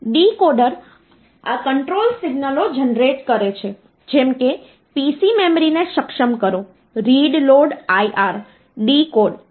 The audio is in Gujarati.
ડીકોડર આ કંટ્રોલ સિગ્નલો જનરેટ કરે છે જેમ કે PC મેમરીને સક્ષમ કરો રીડ લોડ IR ડીકોડ વગેરે વગેરે